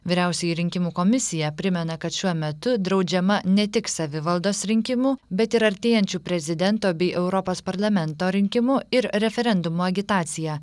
vyriausioji rinkimų komisija primena kad šiuo metu draudžiama ne tik savivaldos rinkimų bet ir artėjančių prezidento bei europos parlamento rinkimų ir referendumo agitacija